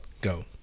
Go